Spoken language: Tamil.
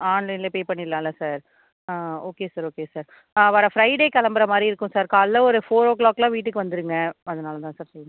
ஆன்லைன்ல பே பண்ணிட்லால சார் ஆ ஓகே சார் ஓகே சார் ஆ வர ஃப்ரைடே கிளம்புற மாதிரி இருக்கும் சார் காலைல ஒரு ஃபோர் ஓ கிளாக்லாம் வீட்டுக்கு வந்துருங்க அதனால் தான் சார் சொல்கிறேன்